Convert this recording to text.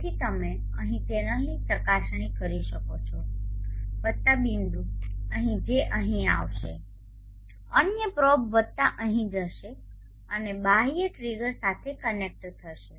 તેથી તમે અહીં ચેનલની ચકાસણી કરી શકો છો વત્તા બિંદુ અહીં જે અહીં આવશે અન્ય પ્રોબ વત્તા અહીં જશે અને બાહ્ય ટ્રિગર સાથે કનેક્ટ થશે